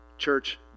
Church